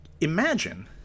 Imagine